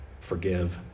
forgive